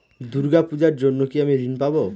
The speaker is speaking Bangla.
দূর্গা পূজার জন্য কি আমি ঋণ পাবো?